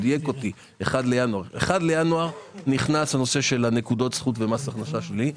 1 בינואר נכנס הנושא של נקודות הזכות ומס הכנסה שלילי.